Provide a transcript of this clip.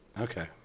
Okay